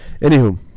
Anywho